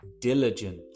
diligent